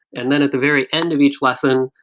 and then at the very end of each lesson,